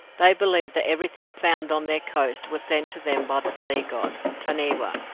they believed that everything found on their coast was sent to them by the sea god, taniwa,